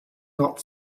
not